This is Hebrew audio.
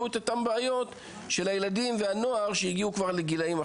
מאות ילדים למערכת החינוך ולקלוט אותם.